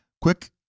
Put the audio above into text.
Quick